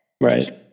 Right